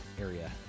area